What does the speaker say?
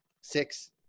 six